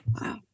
Wow